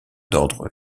d’ordre